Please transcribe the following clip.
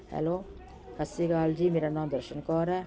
hello ਸਤਿ ਸ਼੍ਰੀ ਅਕਾਲ ਜੀ ਮੇਰਾ ਨਾਮ ਦਰਸ਼ਨ ਕੌਰ ਹੈ